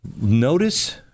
notice